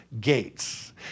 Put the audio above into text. gates